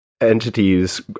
entities